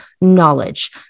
knowledge